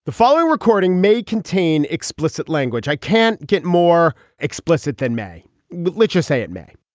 the following recording may contain explicit language i can't get more explicit than may literacy it may